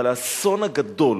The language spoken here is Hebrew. אבל האסון הגדול